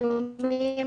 תודה רבה,